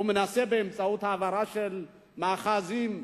באמצעות העברה של מאחזים,